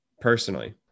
Personally